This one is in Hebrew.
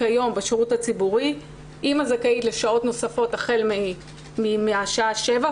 כיום בשירות הציבורי אימא זכאית לשעות נוספות החל מהשעה 07:00,